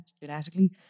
genetically